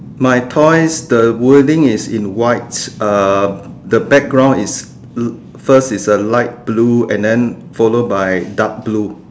my toys the wording is in white um the background is l~ first is a light blue and then followed by dark blue